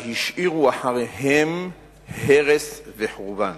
אלא השאירו אחריהם הרס וחורבן,